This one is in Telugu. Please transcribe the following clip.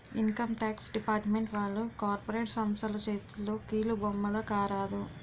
ఇన్కమ్ టాక్స్ డిపార్ట్మెంట్ వాళ్లు కార్పొరేట్ సంస్థల చేతిలో కీలుబొమ్మల కారాదు